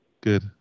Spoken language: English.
Good